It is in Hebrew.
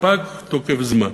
ופג תוקף הזמן.